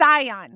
Sion